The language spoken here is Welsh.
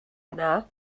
yna